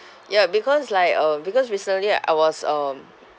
ya because like uh because recently I was um